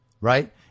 right